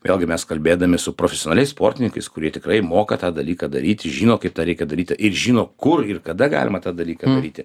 vėlgi mes kalbėdami su profesionaliais sportininkais kurie tikrai moka tą dalyką daryti žino kaip tą reikia daryt ir žino kur ir kada galima tą dalyką daryti